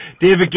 David